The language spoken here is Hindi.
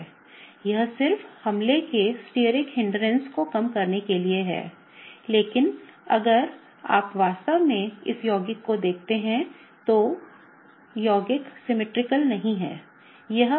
यह सिर्फ हमले के स्टेयरिक बाधा को कम करने के लिए है लेकिन अब अगर आप वास्तव में इस यौगिक को देखते हैं तो यौगिक सममित नहीं है